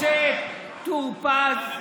אחרי זה: משה טור פז,